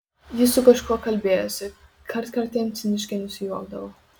ji su kažkuo kalbėjosi kartkartėm ciniškai nusijuokdavo